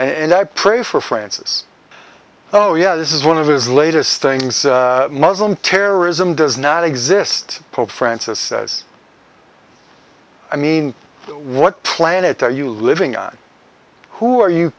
and i pray for francis oh yeah this is one of his latest things muslim terrorism does not exist pope francis says i mean what planet are you living on who are you